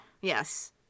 yes